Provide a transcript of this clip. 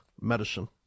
medicine